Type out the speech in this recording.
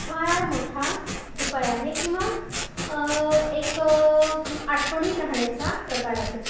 फार मोठा उपाय आहे किंवा एक आठवणीत राहण्याचा प्रकार आहे